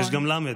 יש גם למ"ד.